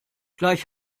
gleich